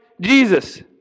Jesus